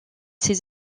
ses